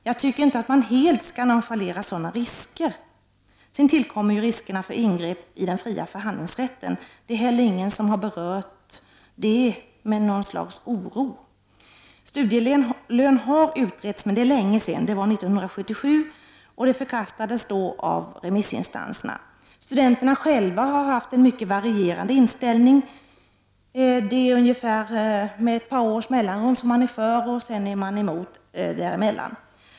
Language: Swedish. Jag tycker inte att man helt skall nonchalera sådana risker. Sedan tillkommer ju riskerna för att man gör ingrepp i den fria förhandlingsrätten. Inte heller detta har av någon berörts med någon som helst oro. Frågan om studielön har utretts, men det var länge sedan — 1977 — och förslaget förkastades då av remissinstanserna. Studenterna själva har haft en mycket varierande inställning. Med ett par års mellanrum är man för resp. emot.